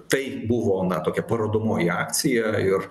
tai buvo tokia parodomoji akcija ir